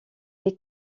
est